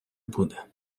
буде